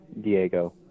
Diego